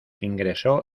ingresó